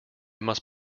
must